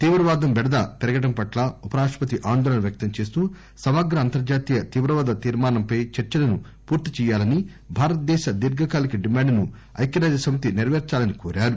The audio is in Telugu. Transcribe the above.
తీవ్రవాదం బెడద పెరగడంపట్ల ఉప రాష్టపతి ఆందోళన వ్యక్తంచేస్తూ సమగ్ర అంతర్హాతీయ తీవ్రవాద తీర్మానంపై చర్చలను పూర్తి చేయాలని భారతదేశ దీర్ఘకాలిక డిమాండ్ ను ఐక్కరాజ్యసమితి నెరవేర్చాలని కోరారు